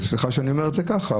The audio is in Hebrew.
סליחה שאני אומר את זה ככה,